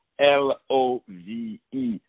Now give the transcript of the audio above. L-O-V-E